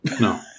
No